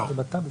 לא.